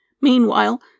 Meanwhile